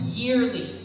yearly